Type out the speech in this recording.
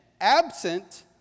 absent